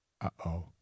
Uh-oh